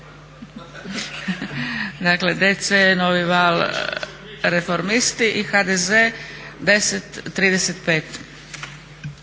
Dakle DC, novi val reformisti i HDZ, 10,35.